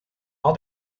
all